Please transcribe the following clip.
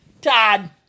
Todd